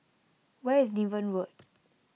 where is Niven Road